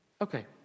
Okay